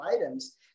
items